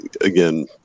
again